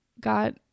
got